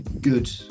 good